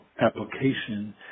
application